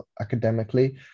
academically